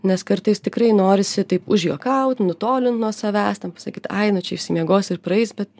nes kartais tikrai norisi taip užjuokaut nutolint nuo savęs ten pasakyt ai nu čia išsimiegosi ir praeis bet